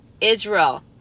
Israel